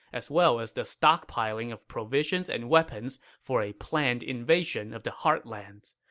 as well as the stockpiling of provisions and weapons for a planned invasion of the heartlands.